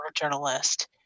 Journalist